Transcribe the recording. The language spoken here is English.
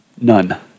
None